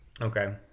Okay